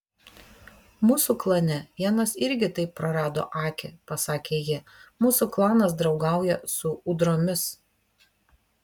mūsų klane vienas irgi taip prarado akį pasakė ji mūsų klanas draugauja su ūdromis